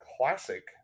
classic